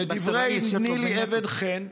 לדברי נילי אבן חן,